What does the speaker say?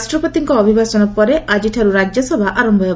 ରାଷ୍ଟ୍ରପତିଙ୍କ ଅଭିଭାଷଣ ପରେ ଆଜିଠାରୁ ରାକ୍ୟସଭା ଆରମ୍ଭ ହେବ